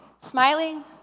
smiling